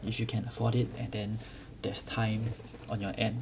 if you can afford it and then there's time on your end